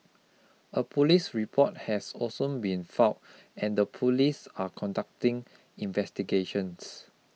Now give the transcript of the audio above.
a police report has also been filed and the police are conducting investigations